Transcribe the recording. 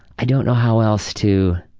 i don't know how else to.